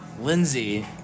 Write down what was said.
Lindsay